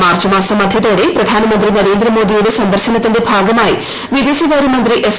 March മാസം മധ്യൂത്തോടെ പ്രധാനമന്ത്രി നരേന്ദ്രമോദിയുടെ സന്ദർശനത്തിന്റെ ഭാഗമായി വിദേശകാര്യമന്ത്രി എസ്